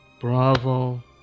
Bravo